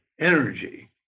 energy